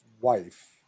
wife